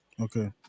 Okay